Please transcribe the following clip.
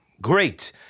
Great